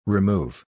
Remove